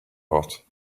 hot